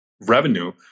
revenue